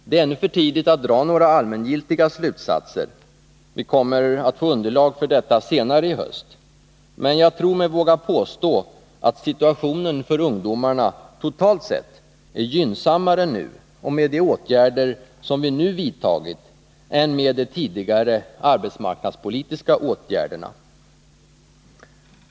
Det är ännu för tidigt att dra några allmängiltiga slutsatser — vi kommer att få underlag för detta senare i höst — men jag tror mig våga påstå att situationen för ungdomarna totalt sett är gynnsammare nu, med de åtgärder som vi nu vidtagit, än med de tidigare arbetsmarknadspolitiska åtgärderna.